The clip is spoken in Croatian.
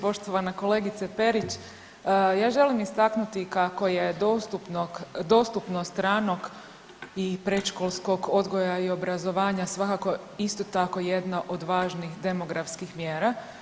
Poštovana kolegice Perić, ja želim istaknuti kako je dostupnog, dostupnost ranog i predškolskog odgoja i obrazovanja svakako isto tako jedna od važnih demografskih mjera.